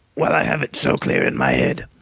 while i have it so clear in my head,